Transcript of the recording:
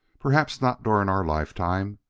perhaps not during our lifetime,